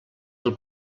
del